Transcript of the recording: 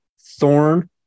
thorn